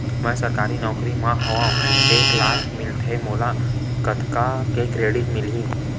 मैं सरकारी नौकरी मा हाव एक लाख मिलथे मोला कतका के क्रेडिट मिलही?